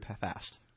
fast